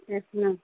yes ma'am